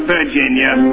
Virginia